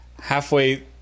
halfway